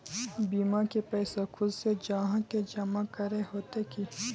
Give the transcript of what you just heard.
बीमा के पैसा खुद से जाहा के जमा करे होते की?